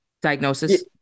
diagnosis